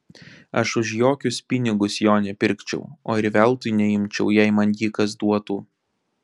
aš už jokius pinigus jo nepirkčiau o ir veltui neimčiau jei man jį kas duotų